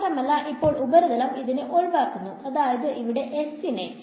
മാത്രമല്ല ഇപ്പോൾ ഉപരിതലം ഇതിനെ ഒഴിവാക്കുന്നു അതായത് ഇവിടെയുള്ള S നെ